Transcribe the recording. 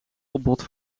opbod